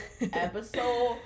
episode